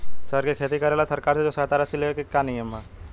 सर के खेती करेला सरकार से जो सहायता राशि लेवे के का नियम बा?